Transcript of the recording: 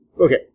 okay